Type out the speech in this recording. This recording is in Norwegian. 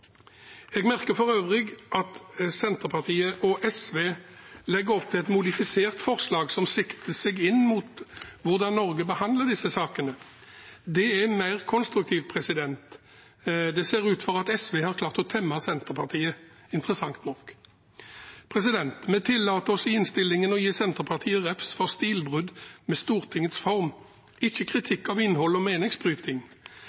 Jeg merker for øvrig at Senterpartiet og SV legger opp til et modifisert forslag som sikter seg inn mot hvordan Norge behandler disse sakene. Det er mer konstruktivt. Det ser ut som at SV har klart å temme Senterpartiet, interessant nok. Vi tillater oss i innstillingen å gi Senterpartiet refs for stilbrudd med Stortingets form – ikke